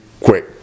quick